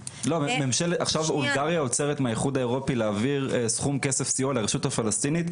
עכשיו הונגריה עוצרת מהאיחוד האירופי להעביר כסף סיוע לרשות הפלסטינית,